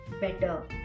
better